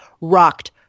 rocked